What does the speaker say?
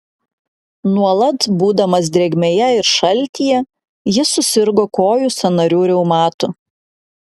nuolat būdamas drėgmėje ir šaltyje jis susirgo kojų sąnarių reumatu